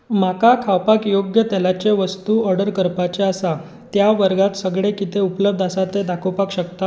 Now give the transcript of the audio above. म्हाका खावपाक योग्य तेलाच्यो वस्तू ऑर्डर करपाचें आसा त्या वर्गांत सगळें कितें उपलब्ध आसा तें दाखोवपाक शकता